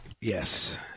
Yes